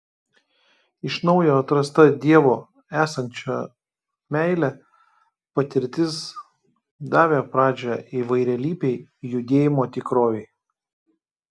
iš naujo atrasta dievo esančio meile patirtis davė pradžią įvairialypei judėjimo tikrovei